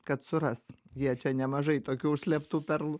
kad suras jie čia nemažai tokių užslėptų perlų